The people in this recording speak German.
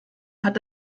hat